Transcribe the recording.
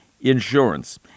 insurance